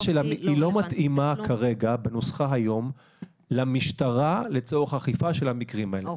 היא לא מתאימה כרגע בנוסחה היום למשטרה לצורך אכיפה של המקרים האלה.